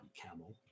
camel